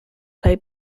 play